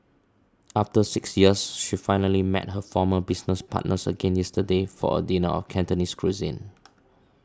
after six years she finally met her former business partners again yesterday for a dinner of Cantonese cuisine